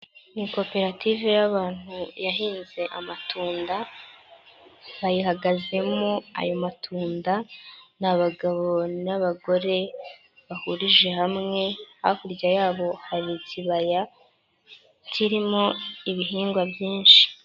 Ni koperative y'abantu yahinze amatunda, bayihagazemo ayo matunda ni abagabo n'abagore bahurije hamwe, hakurya yabo hari ikibaya kirimo ibihingwa byinshi.